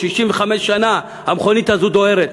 65 שנה המכונית הזאת דוהרת.